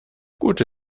gute